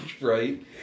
Right